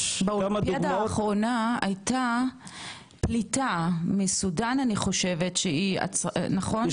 יש כמה דוגמאות --- לאחרונה הייתה פליטה מסודן אני חושבת שהיא נכון?